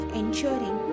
ensuring